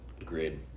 Agreed